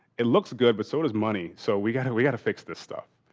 it looks good, but so does money. so we gotta we gotta fix this stuff.